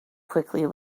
quickly